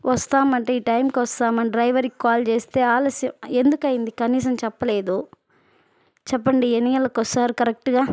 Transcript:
వస్తామంటే ఈ టైంకి వస్తామని డ్రైవర్కి కాల్ చేస్తే ఆలస్యం ఎందుకయ్యింది కనీసం చెప్పలేదు చెప్పండి ఎన్ని గంటలకు వస్తారు కరెక్ట్గా